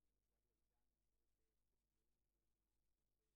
ואם המתנדב עובר את התקופה מגיע לו תגמול.